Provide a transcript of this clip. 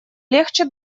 легче